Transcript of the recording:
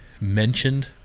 mentioned